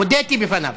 הודיתי בפניו.